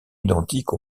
identiques